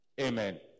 Amen